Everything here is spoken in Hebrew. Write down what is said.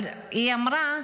אבל היא אמרה,